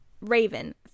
Raven